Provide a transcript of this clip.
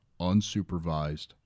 unsupervised